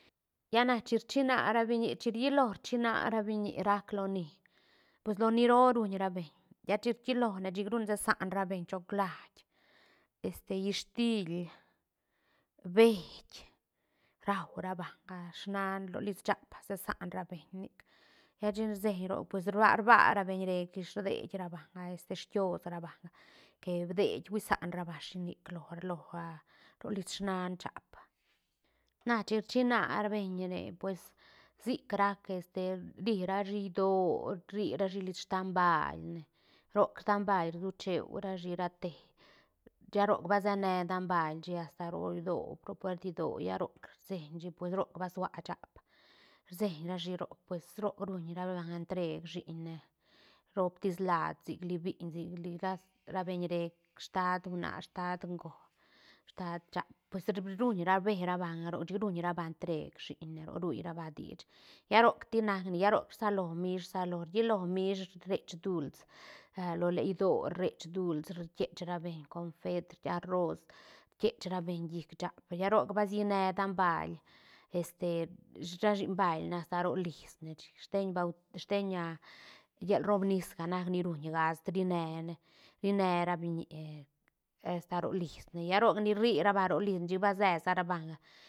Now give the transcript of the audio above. Lla na chin rchïna ra biñi chin rlli lo rchïna ra biñi rac loni pues loni roo ruñ ra beñ lla chin rlli lone chic ru ne se saan ra beñ choclait este hiïstil beït raura banga snaan rolis shaap se san ra beñ nic lla chine rseen roc pues rba- rba ra beñ rec ish rdiet ra banga este squíos ra banga que bidei que huisan ra banga shi nic lo- lo a ro lïs snaan shaap na chin rchïna ra beñ re pues sic rac este ri rashi idioö rri rashi liis stam bailne roc dam bail rshu cheu rashi rate lla roc ba se ne dam bailshi asta ro idioö ro puert idioö lla roc rsen shi pues roc ba suaä shaap rsen rashi roc pues roc ruñ ra banga entreeg shiñne rop tis laad sic lí biiñ sic lí ra- ra beñ rec staat huana staat göl staat shaap pues ruñra rbe ra banga roc chic ruñ ra banga entreeg shiñne roc ruy ra banga dich lla rocti nac ne lla roc rsalo miish rsalo riilo miish rech duuls a lo leë idioö rech duuls rquiech rabeñ confeet, arroz, rquiech ra beñ llic shaap lla roc basïne dam bail este shi- ra shimbailne asta ro lisne chic steñ bau- steñ llal roob nis ga nac ni ruñ gaast ri ne ne rine ra biñi asta ro lisne lla roc ni rri ra banga ro lisne chic base sa ra banga